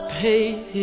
paid